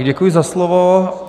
Děkuji za slovo.